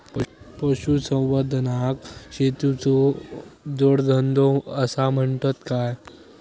पशुसंवर्धनाक शेतीचो जोडधंदो आसा म्हणतत काय?